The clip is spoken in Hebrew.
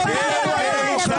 אתה תטיף לנו על דמוקרטיה?